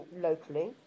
locally